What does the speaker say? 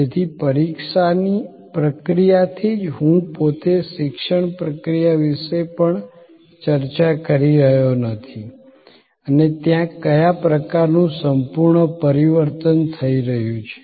તેથી પરીક્ષાની પ્રક્રિયાથી જ હું પોતે શિક્ષણ પ્રક્રિયા વિશે પણ ચર્ચા કરી રહ્યો નથી અને ત્યાં કયા પ્રકારનું સંપૂર્ણ પરિવર્તન થઈ રહ્યું છે